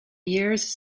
years